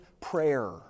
prayer